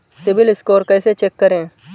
CIBIL score कैसे check करें?